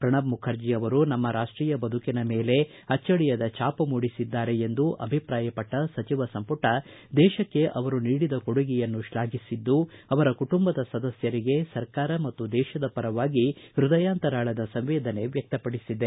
ಪ್ರಣಬ್ ಮುಖರ್ಜಿ ಅವರು ನಮ್ಮ ರಾಷ್ಷೀಯ ಬದುಕಿನ ಮೇಲೆ ಅಜ್ವಳಿಯದ ಛಾಮ ಮೂಡಿಸಿದ್ದಾರೆ ಎಂದು ಅಭಿಪ್ರಾಯಪಟ್ಟ ಸಚಿವ ಸಂಮಟ ದೇಶಕ್ಕೆ ಅವರು ನೀಡಿದ ಕೊಡುಗೆಯನ್ನು ಶ್ಲಾಘಿಸಿದ್ದು ಅವರ ಕುಟುಂಬದ ಸದಸ್ತರಿಗೆ ಸರ್ಕಾರ ಮತ್ತು ದೇಶದ ಪರವಾಗಿ ಹ್ಟದಯಾಂತರಾಳದ ಸಂವೇದನೆ ವ್ಯಕ್ತಪಡಿಸಿದೆ